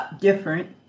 different